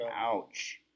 Ouch